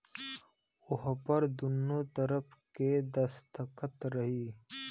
ओहपर दुन्नो तरफ़ के दस्खत रही